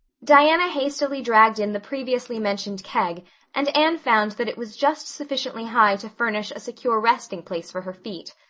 diana hastily dragged in the previously mentioned keg and anne found that it was just sufficiently high to furnish a secure resting place for her feet.